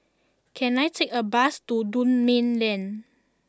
can I take a bus to Dunman Lane